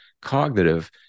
cognitive